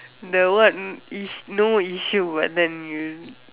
the what is no issue what then you